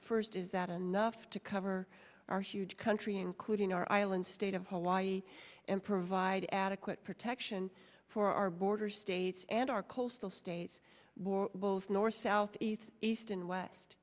first is that enough to cover our huge country including our island state of hawaii and provide adequate protection for our border states and our coastal states both north south east and west